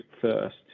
first